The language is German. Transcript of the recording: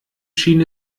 schien